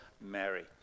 Mary